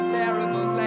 terrible